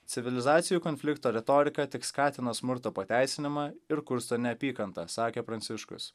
civilizacijų konflikto retorika tik skatina smurto pateisinimą ir kursto neapykantą sakė pranciškus